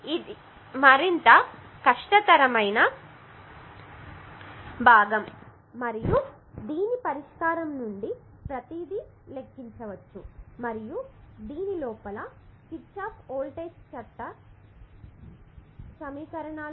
ఇది మరింత కష్టతరమైన భాగం మరియు దీని పరిష్కారం నుండి ప్రతిదీ లెక్కించవచ్చు మరియు దీని లోపల కిర్చాఫ్ వోల్టేజ్ లా కూడా అవ్యక్తంగా ఉపయోగిస్తున్నారు